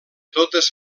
totes